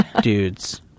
dudes